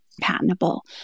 patentable